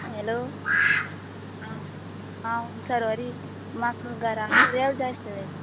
hello आं हांव सरवरी म्हाका घराक रेंव जाय आसले